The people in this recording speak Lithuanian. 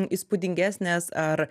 įspūdingesnės ar